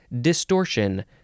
distortion